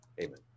amen